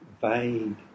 vague